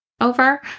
over